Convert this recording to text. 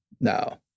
No